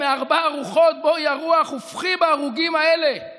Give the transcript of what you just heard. מארבע רוחות בֹּאי הרוח ופחי בהרוגים האלה";